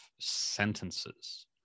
sentences